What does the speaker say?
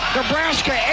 Nebraska